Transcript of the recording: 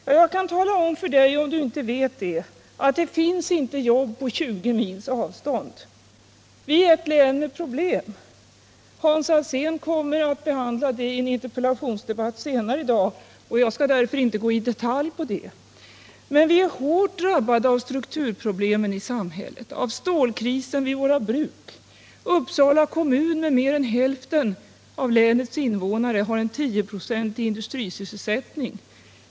Ja, jag kan tala om för dig, om du inte vet det, att det inte finns jobb på 20 mils avstånd. Vi är ett län med problem. Hans Alsén kommer att behandla det i en interpellationsdebatt senare i dag, och jag skall därför inte gå in i detalj på detta. Vi är hårt drabbade av strukturproblemen i samhället, av stålkrisen vid våra bruk. Uppsala kommun, med mer än hälften av länets invånare, har en 10-procentig industrisysselsättning.